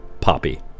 poppy